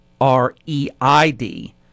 R-E-I-D